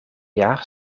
jaar